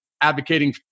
advocating